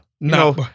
No